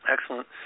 Excellent